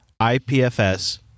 IPFS